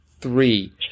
three